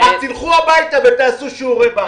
אז תלכו הביתה ותעשו שיעורי בית.